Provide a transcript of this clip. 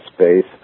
space